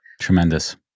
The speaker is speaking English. Tremendous